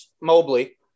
Mobley